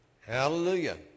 Hallelujah